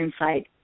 insight